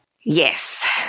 Yes